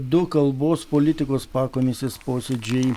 du kalbos politikos pakomisės posėdžiai